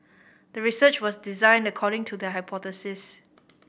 the research was designed according to the hypothesis